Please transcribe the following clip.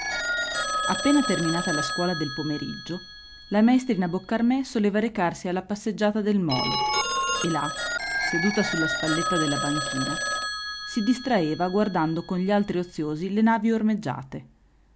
appena terminata la scuola del pomeriggio la maestrina boccarmè soleva recarsi alla passeggiata del molo e là seduta sulla spalletta della banchina si distraeva guardando con gli altri oziosi le navi ormeggiate